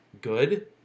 good